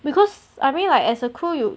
because I really like as a crew you